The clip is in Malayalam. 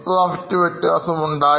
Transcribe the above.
Net Profit ൽ വ്യത്യാസമുണ്ടായി